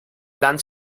dan